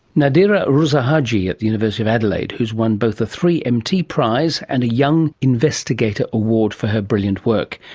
nadira ruzehaji at the university of adelaide, who's won both a three mt prize and a young investigator award for her brilliant work,